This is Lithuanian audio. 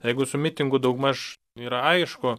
jeigu su mitingų daugmaž yra aišku